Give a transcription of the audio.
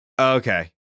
Okay